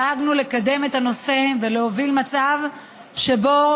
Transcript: דאגנו לקדם את הנושא ולהוביל מצב שבו